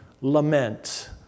Lament